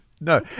no